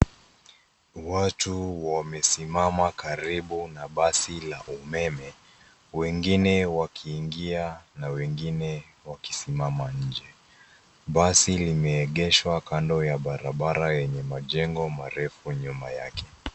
Watu wamesimama karibu na basi la umeme, wengine wakiingia na wengine wakisimama nje. Basi limeegeshwa kando ya barabara yenye majengo marefu nyuma yake.